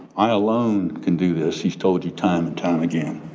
i, alone, can do this. he's told you time and time again.